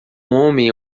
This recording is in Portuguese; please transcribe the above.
homem